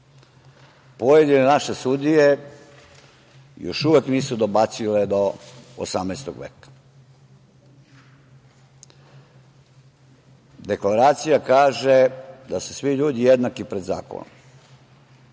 Pojedine naše sudije još uvek nisu dobacile do 18. veka. Deklaracija kaže da su svi ljudi jednaki pred zakonom,